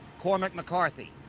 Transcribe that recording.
cormac mccarthy,